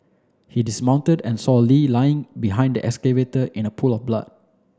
he dismounted and saw Lee lying behind the excavator in a pool of blood